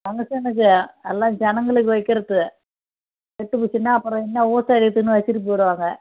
ஃபங்சனுக்கு எல்லாம் ஜனங்களுக்கு வைக்கிறது கெட்டு போய்சுன்னால் அப்புறம் என்ன ஊச அடிக்குதுன்னு வெச்சுட்டு போய்விடுவாங்க